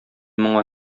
моңа